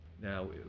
Now